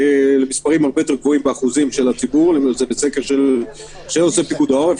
למספרים הרבה יותר גבוהים באחוזים של הציבור סקר של פיקוד העורף.